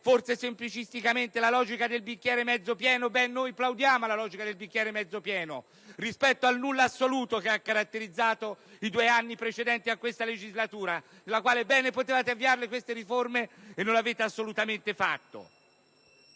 essere semplicisticamente la logica del bicchiere mezzo pieno. Ebbene, noi plaudiamo alla logica del bicchiere mezzo pieno rispetto al nulla assoluto che ha caratterizzato i due anni che hanno preceduto questa legislatura, nei quali ben potevate avviare queste riforme, e non lo avete assolutamente fatto.